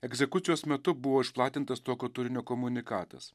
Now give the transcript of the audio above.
egzekucijos metu buvo išplatintas tokio turinio komunikatas